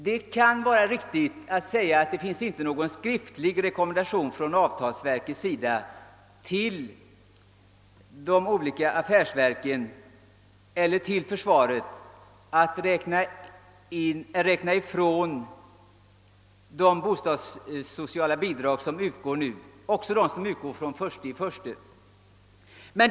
Det kan vara riktigt att säga att det inte finns någon skriftlig rekommendation från avtalsverket till de olika affärsverken eller till försvaret om att räkna ifrån de bostadssociala bidrag som utgår — också de som utgår från 1 januari.